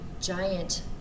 giant